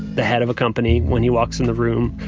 the head of a company when he walks in the room,